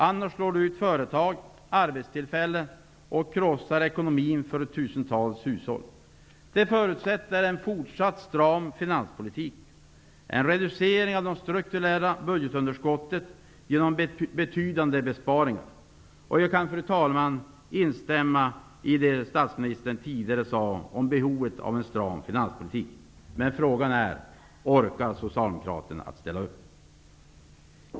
Annars slår den höga räntan ut företag och arbetstillfällen och krossar ekonomin för tusentals hushåll. Detta förutsätter en fortsatt stram finanspolitik och en reducering av det strukturella budgetunderskottet genom betydande besparingar. Jag kan, fru talman, instämma i det statsministern tidigare sade om behovet av en stram finanspolitik. Men frågan är: Orkar socialdemokraterna ställa upp?